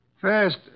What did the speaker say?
First